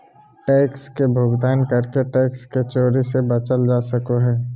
tax के भुगतान करके टैक्स के चोरी से बचल जा सको हय